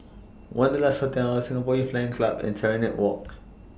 Wanderlust Hotel Singapore Youth Flying Club and Serenade Walk